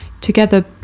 together